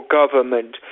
government